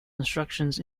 instructions